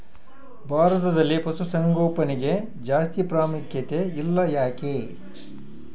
ಭಾರತದಲ್ಲಿ ಪಶುಸಾಂಗೋಪನೆಗೆ ಜಾಸ್ತಿ ಪ್ರಾಮುಖ್ಯತೆ ಇಲ್ಲ ಯಾಕೆ?